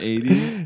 80s